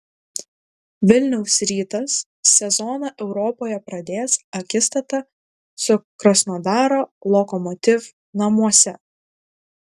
vilniaus rytas sezoną europoje pradės akistata su krasnodaro lokomotiv namuose